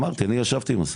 אמרתי, אני ישבתי עם השר,